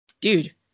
dude